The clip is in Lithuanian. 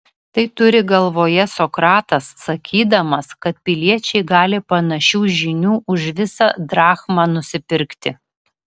tai turi galvoje sokratas sakydamas kad piliečiai gali panašių žinių už visą drachmą nusipirkti